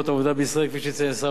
כפי שציין שר האוצר,